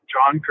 John